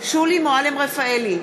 שולי מועלם-רפאלי,